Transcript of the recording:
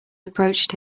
approached